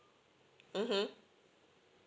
mmhmm